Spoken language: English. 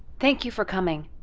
thank you for coming.